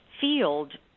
field